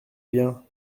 bien